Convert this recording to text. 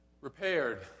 repaired